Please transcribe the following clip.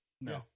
No